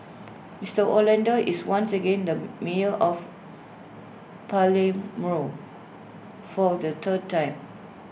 Mister Orlando is once again the mayor of for the third time